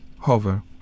hover